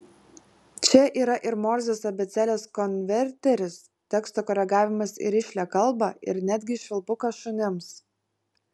čia yra ir morzės abėcėlės konverteris teksto koregavimas į rišlią kalbą ir netgi švilpukas šunims